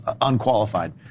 unqualified